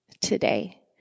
today